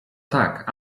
tak